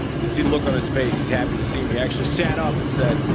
you see the look on his face, he's happy to see me, actually sat up and said,